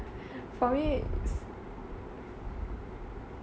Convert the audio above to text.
for me